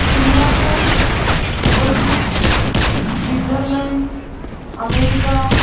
Singapore Dubai Switzerland America